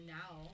now